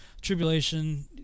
tribulation